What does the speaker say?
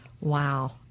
Wow